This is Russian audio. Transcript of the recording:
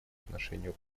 отношению